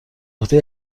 عهده